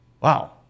wow